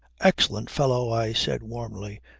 excellent fellow, i said warmly.